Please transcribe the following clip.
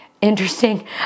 interesting